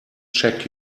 check